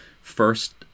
first